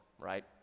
right